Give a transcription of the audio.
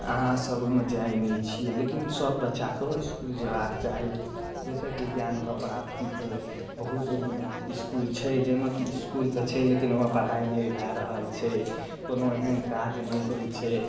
अहाँसब ओइमे जाइ नहि छियै लेकिन सब बच्चाके िसकुल जेबाक चाही जाहिसँ की ज्ञानके ओकरा की होइ बहुत एहन इसकुल छै जाहिमे कि इसकुल तऽ छै लेकिन ओइमे पढ़ाइ नहि भए रहल छै कोनो एहन काज नै होइ छै